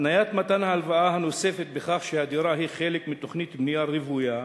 התניית מתן ההלוואה הנוספת בכך שהדירה היא חלק מתוכנית בנייה רוויה